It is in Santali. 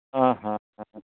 ᱦᱮᱸ ᱦᱮᱸ ᱦᱮᱸ